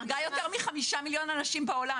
הרגה יותר מ-5 מיליון אנשים בעולם.